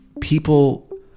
people